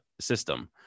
system